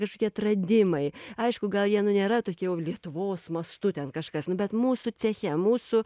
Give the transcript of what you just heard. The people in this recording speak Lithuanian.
kažkokie atradimai aišku gal jie nu nėra tokie jau lietuvos mastu ten kažkas nu bet mūsų ceche mūsų